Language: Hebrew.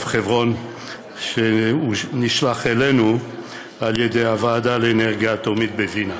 חברון שנשלח אלינו על-ידי הוועדה לאנרגיה אטומית בווינה.